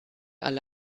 alle